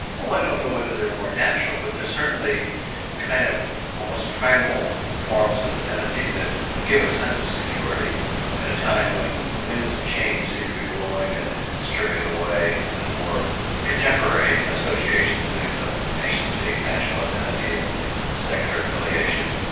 oh i don't know whether they're more natural but they're certainly kind of almost primal forms of identity that give a sense of security at a time when winds of change seem to be blowing and stripping away the more contemporary associations of nation state, national identity and secular affiliation.